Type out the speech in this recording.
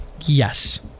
Yes